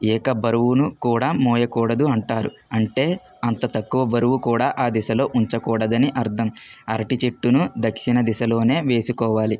ఏక బరువును కూడా మోయకూడదు అంటారు అంటే అంత తక్కువ బరువు కూడా అ దిశలో ఉంచకూడదని అర్దం అరటి చెట్టును దక్షిణ దిశలోనే వేసుకోవాలి